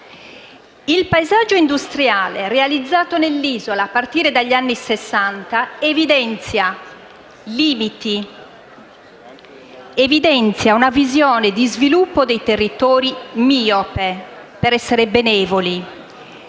Il paesaggio industriale realizzato nell'isola a partire dagli anni Sessanta evidenzia limiti e una visione di sviluppo dei territori miope - per essere benevoli